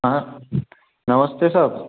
हाँ नमस्ते सर